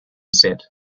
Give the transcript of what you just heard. set